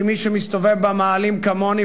כי מי שמסתובב במאהלים כמוני,